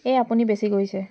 এই আপুনি বেছি কৰিছে